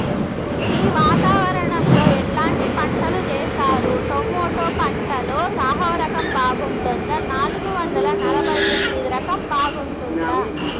ఈ వాతావరణం లో ఎట్లాంటి పంటలు చేస్తారు? టొమాటో పంటలో సాహో రకం బాగుంటుందా నాలుగు వందల నలభై ఎనిమిది రకం బాగుంటుందా?